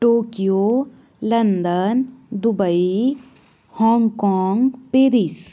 Tokyo London Dubai Hong Kong Paris